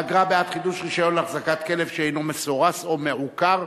(אגרה בעד חידוש רשיון להחזקת כלב שאינו מסורס או מעוקר),